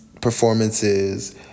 performances